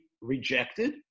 rejected